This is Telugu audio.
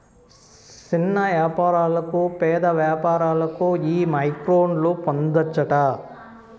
సిన్న యాపారులకు, పేద వ్యాపారులకు ఈ మైక్రోలోన్లు పొందచ్చట